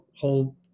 whole